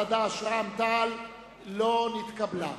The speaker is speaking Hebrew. חד"ש ורע"ם-תע"ל לא נתקבלה.